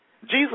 Jesus